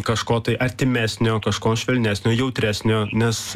kažko tai artimesnio kažko švelnesnio jautresnio nes